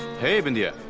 hey bindiya,